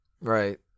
Right